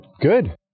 good